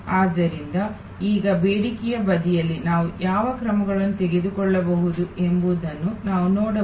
ಆದ್ದರಿಂದ ಈಗ ಬೇಡಿಕೆಯ ಬದಿಯಲ್ಲಿ ನಾವು ಯಾವ ಕ್ರಮಗಳನ್ನು ತೆಗೆದುಕೊಳ್ಳಬಹುದು ಎಂಬುದನ್ನು ನಾವು ನೋಡಬಹುದು